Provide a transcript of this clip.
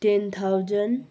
ten thousand